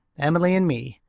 emily and me.